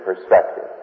perspective